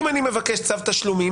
אם אני מבקש צו תשלומים,